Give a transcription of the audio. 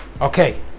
okay